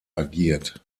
agiert